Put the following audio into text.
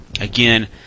Again